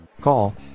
Call